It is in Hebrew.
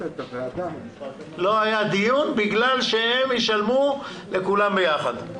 לא היה דיון, בגלל שהם ישלמו לכולם ביחד.